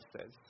says